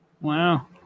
Wow